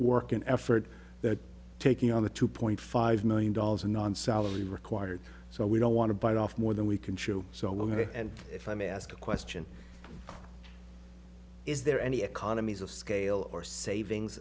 work and effort that taking on the two point five million dollars and on salary required so we don't want to bite off more than we can chew so we're going to and if i may ask a question is there any economies of scale or savings